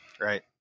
Right